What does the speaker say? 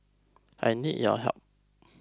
I need your help